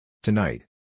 Tonight